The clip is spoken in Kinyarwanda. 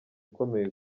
ukomeye